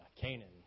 Canaan